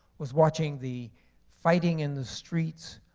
was watching the fighting in the streets,